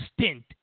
stint